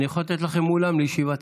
אני יכול לתת לכם אולם לישיבת